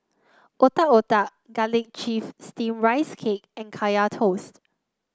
Otak Otak Garlic Chives Steamed Rice Cake and Kaya Toast